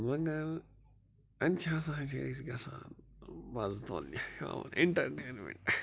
مگر اَتہِ کیٛاہ سا چھِ أسۍ گژھان مزٕ تُلنہٕ ہیور ایٚنٹرٹیمیٚنٹ